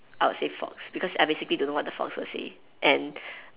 I will say fox because I basically don't know what the fox will say and